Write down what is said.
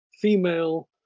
female